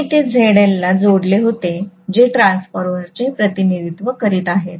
मी येथे ZL ला जोडले होते जे ट्रान्सफॉर्मर चे प्रतिनिधित्व करत आहेत